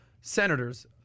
senators